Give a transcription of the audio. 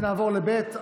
נעבור לבית.